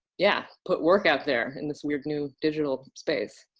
yeah put work out there in this weird new digital space.